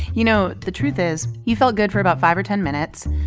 you know, the truth is, you felt good for about five or ten minutes.